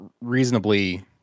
reasonably